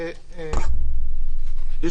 זה- -- לא הוא שואל עכשיו בחוק עצמו.